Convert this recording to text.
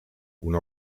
una